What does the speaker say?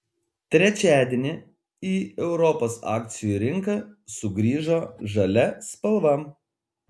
trečiadienį į europos akcijų rinką sugrįžo žalia spalva